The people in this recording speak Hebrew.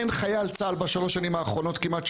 אין חייל צה"ל בשלוש שנים האחרונות כמעט,